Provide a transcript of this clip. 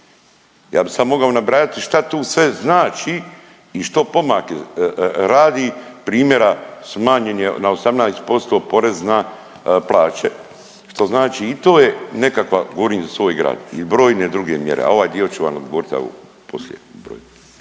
Ja bi sad mogao nabrajati šta tu sve znači i što pomak radi primjera smanjen je sa 18% porez na plaće, što znači i to je nekakva, govorim za svoj grad, i brojne druge mjere. A ovaj drugi dio ću vam odgovorit poslije broj.